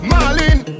Marlene